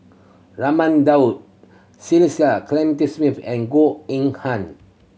Raman Daud Cecil Clementi Smith and Goh Eng Han